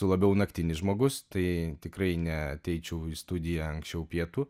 esu labiau naktinis žmogus tai tikrai ne ateičiau į studiją anksčiau pietų